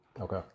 Okay